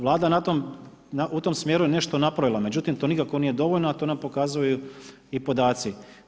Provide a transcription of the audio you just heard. Vlada je u tom smjeru nešto napravila, međutim to nikako nije dovoljno, a to nam pokazuju i podaci.